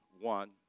One